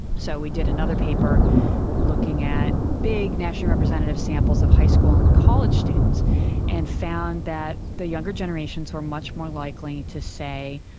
so we did another paper looking at big national representative samples of high school and college students and found that the younger generations were much more likely to say,